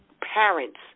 parents